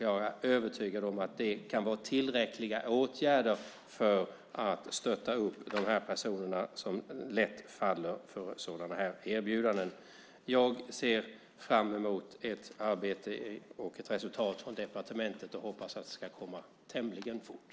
Jag är övertygad om att det kan vara tillräckliga åtgärder för att stötta de här personerna som lätt faller för sådana här erbjudanden. Jag ser fram emot ett arbete och ett resultat från departementet och hoppas att det ska komma tämligen fort.